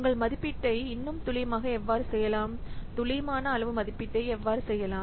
உங்கள் மதிப்பீட்டை இன்னும் துல்லியமாக எவ்வாறு செய்யலாம் துல்லியமான அளவு மதிப்பீட்டை எவ்வாறு செய்யலாம்